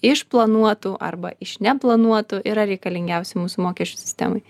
iš planuotų arba iš neplanuotų yra reikalingiausi mūsų mokesčių sistemai